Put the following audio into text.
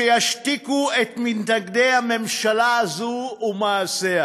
שישתיקו את מתנגדי הממשלה הזאת ומעשיה,